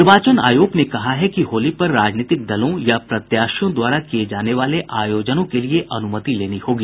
निर्वाचन आयोग ने कहा है कि होली पर राजनीतिक दलों या प्रत्याशियों द्वारा किये जाने वाले आयोजनों के लिए अनुमति लेनी होगी